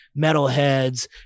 metalheads